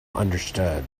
understood